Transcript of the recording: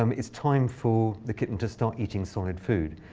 um it's time for the kitten to start eating solid food.